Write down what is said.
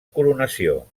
coronació